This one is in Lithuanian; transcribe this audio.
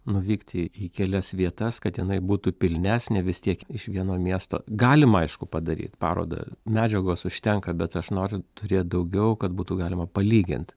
nuvykti į kelias vietas kad jinai būtų pilnesnė vis tiek iš vieno miesto galima aišku padaryt parodą medžiagos užtenka bet aš noriu turėt daugiau kad būtų galima palygint